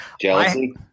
Jealousy